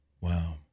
Wow